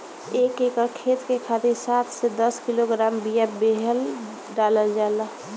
एक एकर खेत के खातिर सात से दस किलोग्राम बिया बेहन डालल जाला?